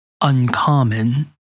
uncommon